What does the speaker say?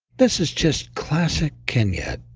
this is just classic kenyette.